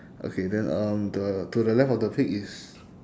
okay then um the to the left of the pig is